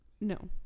No